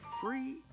Free